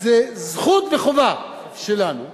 זה זכות וחובה שלנו,